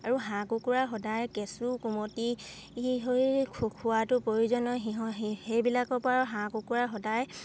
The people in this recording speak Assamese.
আৰু হাঁহ কুকুৰা সদায় কেঁচু কুমতি ই খোৱাটো প্ৰয়োজনীয় সেইবিলাকৰপৰাও হাঁহ কুকুৰা সদায়